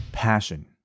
passion